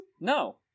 No